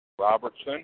Robertson